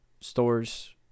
stores